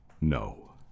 No